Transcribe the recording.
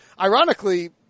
ironically